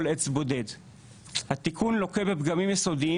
בית המשפט קבע שבמקרים שבהם הכנסת מחוקקת לעצמה,